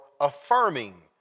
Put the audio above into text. affirming